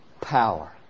power